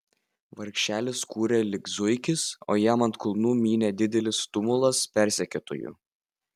vargšelis kūrė lyg zuikis o jam ant kulnų mynė didelis tumulas persekiotojų